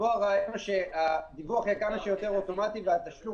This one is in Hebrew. שבו רצינו שהדיווח יהיה כמה שיותר אוטומטי ושהתשלום